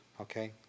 okay